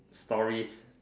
stories